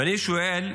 ואני שואל: